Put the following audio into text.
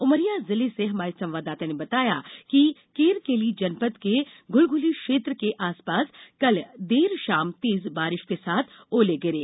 उमरिया जिले से हमारे संवाददाता ने बताया कि केरकेली जनपद के घूलघूली क्षेत्र के आसपास कल देर शाम तेज बारिश के साथ ओले गिरे